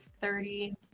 thirty